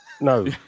no